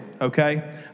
Okay